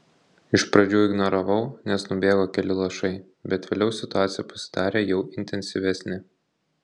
iš pradžių ignoravau nes nubėgo keli lašai bet vėliau situacija pasidarė jau intensyvesnė